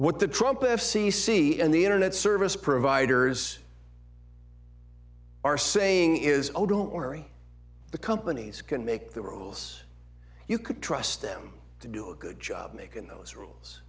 what the trump of c c and the internet service providers are saying is don't worry the companies can make the rules you could trust them to do a good job making those rules